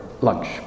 lunch